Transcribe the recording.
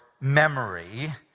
memory